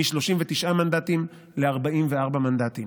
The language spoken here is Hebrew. עלה מ-39 מנדטים ל-44 מנדטים.